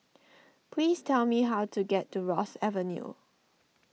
please tell me how to get to Ross Avenue